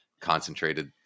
concentrated